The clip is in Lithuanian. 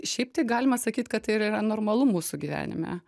šiaip tai galima sakyt kad tai ir yra normalu mūsų gyvenime